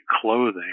clothing